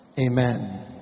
Amen